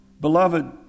Beloved